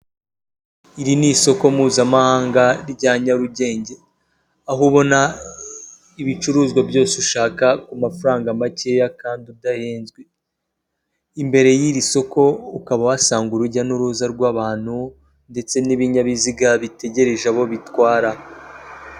Iri n'isoko mpuzamahanga rya Nyarugenge, aho ubona ibicuruzwa byose ushaka ku mafaranga makeya kandi udahezwe, imbere y'iri soko ukaba wasanga urujya n'uruza rw'abantu ndetse n'ibinyabiziga bitegereje abo bitwara.